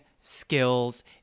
skills